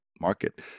market